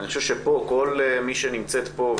אני חושב שכל מי שנמצאת פה,